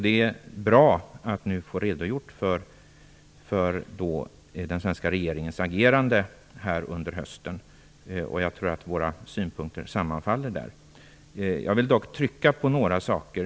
Det är bra att nu få en redogörelse för den svenska regeringens agerande under hösten. Jag tror att våra synpunkter sammanfaller där. Jag vill dock trycka på några saker.